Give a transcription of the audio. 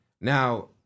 Now